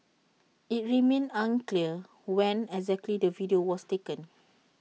IT remains unclear when exactly the video was taken